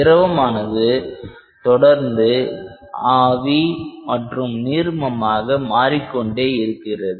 திரவமானது தொடர்ந்து ஆவி மற்றும் நீர்மமாக மாறிக்கொண்டே இருக்கிறது